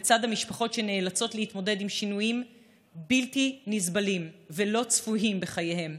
לצד המשפחות שנאלצות להתמודד עם שינויים בלתי נסבלים ולא צפויים בחייהם,